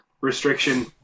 restriction